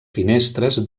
finestres